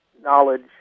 knowledge